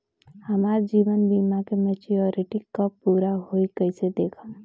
हमार जीवन बीमा के मेचीयोरिटी कब पूरा होई कईसे देखम्?